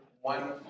one